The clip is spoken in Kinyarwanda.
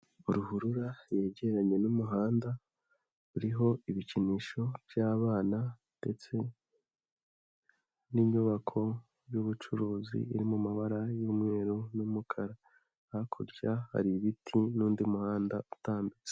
Ruhurura yegeranye n'umuhanda, uriho ibikinisho by'abana ndetse n'inyubako y'ubucuruzi iri mu mabara y'umweru n'umukara, hakurya hari ibiti n'undi muhanda utambitse.